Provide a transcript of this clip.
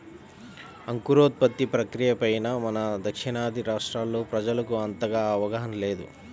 అంకురోత్పత్తి ప్రక్రియ పైన మన దక్షిణాది రాష్ట్రాల్లో ప్రజలకు అంతగా అవగాహన లేదు